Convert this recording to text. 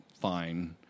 fine